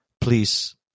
please